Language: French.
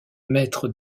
maître